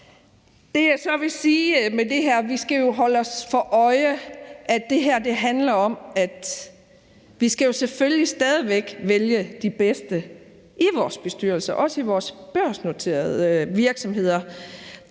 jo skal holde os for øje, at det her handler om, at vi selvfølgelig stadig væk skal vælge de bedste til vores bestyrelser, også i vores børsnoterede virksomheder.